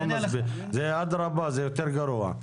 אדרבה, זה יותר גרוע.